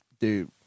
Dude